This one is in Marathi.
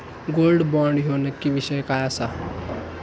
गोल्ड बॉण्ड ह्यो नक्की विषय काय आसा?